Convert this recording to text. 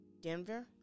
Denver